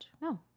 No